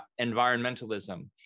environmentalism